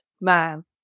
man